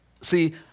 See